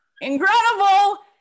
incredible